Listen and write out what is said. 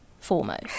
foremost